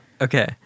okay